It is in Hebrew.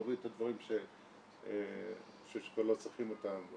נוריד את הדברים שכבר לא צריכים אותם או